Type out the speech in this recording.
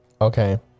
Okay